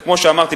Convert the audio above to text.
וכמו שאמרתי,